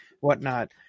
whatnot